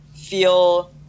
feel